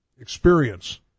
experience